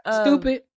stupid